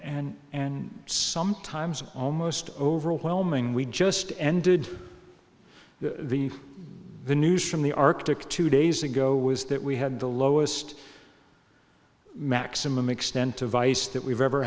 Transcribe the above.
and and sometimes almost overwhelming we just ended the news from the arctic two days ago was that we had the lowest maximum extent of ice that we've ever